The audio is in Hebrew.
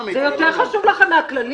זה יותר חשוב לכם מהכללים?